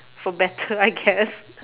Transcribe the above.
for better I guess